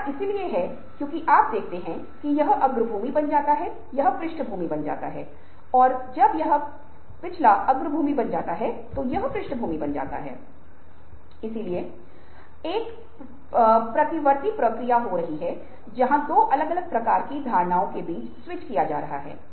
सभी परीक्षण आप पाते हैं कि वे विश्लेषणात्मक क्षमता या समस्याओं को हल करने के तार्किक तरीके को माप रहे हैं